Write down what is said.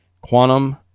Quantum